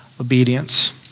obedience